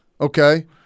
Okay